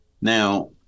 Now